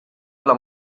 alla